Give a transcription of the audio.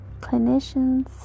clinicians